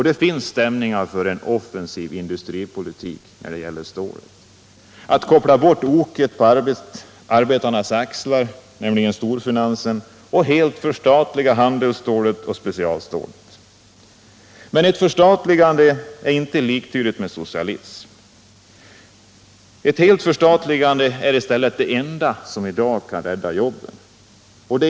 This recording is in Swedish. Det finns stämningar för en offensiv industripolitik när det gäller stålet - att koppla bort oket på arbetarnas axlar, nämligen storfinansen, och helt förstatliga både handelsstålet och specialstålet. Ett förstatligande är inte liktydigt med socialism, men att helt förstatliga är det enda som kan rädda jobben.